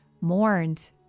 mourned